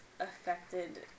affected